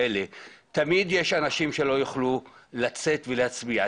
ותמיד יש אנשים שלא יוכלו לצאת ולהצביע.